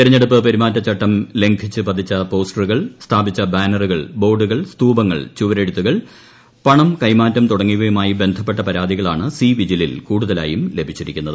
തെരഞ്ഞെടുപ്പ് പെരുമാറ്റച്ചട്ടം ലംഘിച്ച് പതിച്ച പോസ്റ്ററുകൾ സ്ഥാപിച്ച ബാനറുകൾ ബോർഡുകൾ സ്തൂപങ്ങൾ ചുവരെഴുത്തുകൾ പണം കൈമാറ്റം തുടങ്ങിയവയുമായി ബന്ധപ്പെട്ട പരാതികളാണ് സിവിജിലിൽ കൂടുതലായും ലഭിച്ചിരിക്കുന്നത്